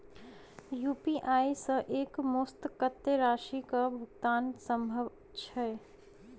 UPI सऽ एक मुस्त कत्तेक राशि कऽ भुगतान सम्भव छई?